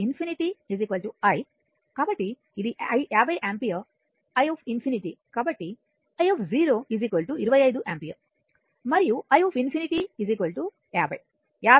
కాబట్టి i 25 ampere మరియు i∞ 50 50 ampere సరైనది